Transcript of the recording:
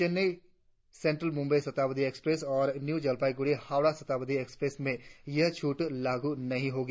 Chennai central Mumbai Shatabdi express और new Jalpaiguri Howrah Shatabdi express में यह छूट लागू नहीं होगी